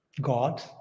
God